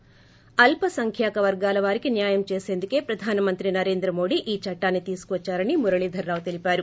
byte Muralidhara Rao అల్పసంఖ్యాంక వర్గాలవారికి న్యాయం చేసేందుకే ప్రదానమంత్రి నరేంద్ర మోదీ ఈ చట్టాన్ని తీసుకువచ్చారని మురళీధర రావు తెలిపారు